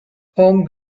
home